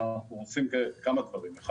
אבל אנחנו רוצים כמה דברים: א',